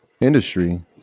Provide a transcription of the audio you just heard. industry